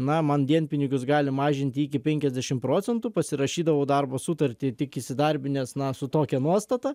na man dienpinigius gali mažinti iki penkiasdešim procentų pasirašydavau darbo sutartį tik įsidarbinęs na su tokia nuostata